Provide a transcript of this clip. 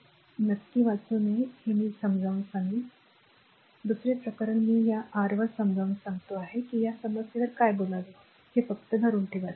हे नक्की काय वाचू नये ते मी समजावून सांगेन दुसरे प्रकरण मी या r वर समजावून सांगत आहे की या समस्येवर काय बोलावे हे फक्त धरून ठेवा